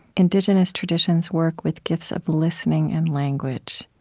indigenous traditions work with gifts of listening and language.